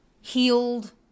healed